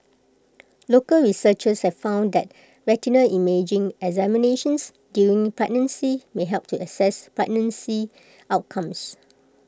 local researchers have found that retinal imaging examinations during pregnancy may help to assess pregnancy outcomes